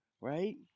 Right